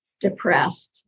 depressed